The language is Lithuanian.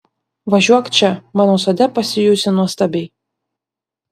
važiuok čia mano sode pasijusi nuostabiai